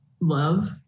love